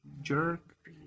jerk